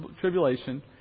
tribulation